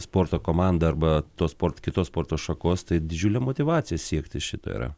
sporto komandą arba to sport kitos sporto šakos tai didžiulė motyvacija siekti šito yra